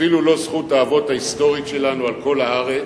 אפילו לא זכות האבות ההיסטורית שלנו על כל הארץ,